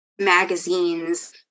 magazines